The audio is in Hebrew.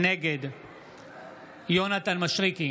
נגד יונתן מישרקי,